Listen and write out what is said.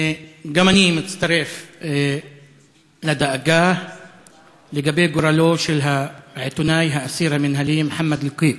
גם אני מצטרף לדאגה לגורלו של העיתונאי האסיר המינהלי מוחמד אלקיק,